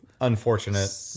Unfortunate